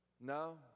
no